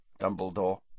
Dumbledore